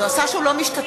הוא עשה, שהוא לא משתתף.